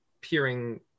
peering